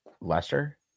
Lester